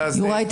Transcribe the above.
אזיקים...